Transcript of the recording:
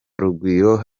rugwiro